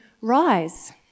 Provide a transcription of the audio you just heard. rise